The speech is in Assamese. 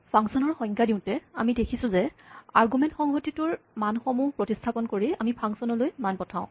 ফাংচনৰ সংজ্ঞা দিওঁতে আমি দেখিছো যে আৰগুমেন্ট সংহতিটোৰ মানসমূহ প্ৰতিস্হাপন কৰি আমি ফাংচনলৈ মান পঠাওঁ